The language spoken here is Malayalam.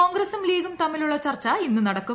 കോൺഗ്രസും ലീഗും തമ്മിലുള്ള ചർച്ച ഇന്ന് നടക്കും